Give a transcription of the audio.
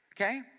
okay